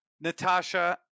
natasha